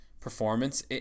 performance